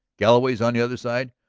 galloway's on the other side?